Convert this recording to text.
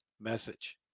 message